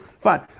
Fine